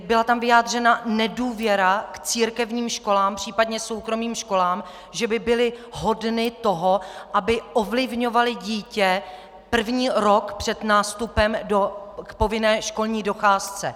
Byla tam vyjádřena nedůvěra k církevním školám, případně soukromým školám, že by byly hodny toho, aby ovlivňovaly dítě první rok před nástupem k povinné školní docházce.